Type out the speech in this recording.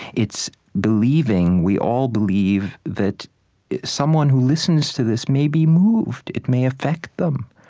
it's believing we all believe that someone who listens to this may be moved. it may affect them.